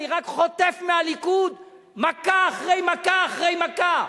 אני רק חוטף מהליכוד מכה אחרי מכה אחרי מכה,